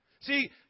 See